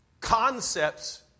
Concepts